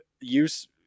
use